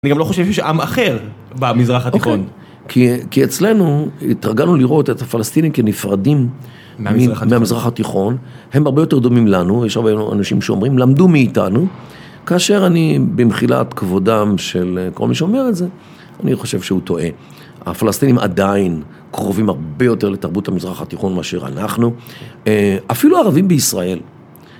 אני גם לא חושב שיש עם אחר במזרח התיכון. אוקי. כי אצלנו התרגלנו לראות את הפלסטינים כנפרדים מהמזרח התיכון. הם הרבה יותר דומים לנו, יש הרבה אנשים שאומרים, למדו מאיתנו. כאשר אני במחילת כבודם של כל מי שאומר את זה, אני חושב שהוא טועה. הפלסטינים עדיין קרובים הרבה יותר לתרבות המזרח התיכון מאשר אנחנו. אפילו הערבים בישראל.